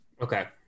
Okay